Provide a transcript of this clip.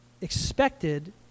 expected